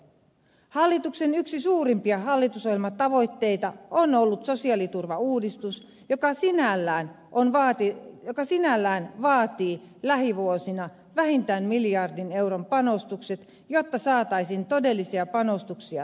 hallituksen yksi suurimpia hallitusohjelmatavoitteita on ollut sosiaaliturvauudistus joka sinällään vaatii lähivuosina vähintään miljardin euron panostukset jotta saataisiin todellisia panostuksia sosiaaliturvassa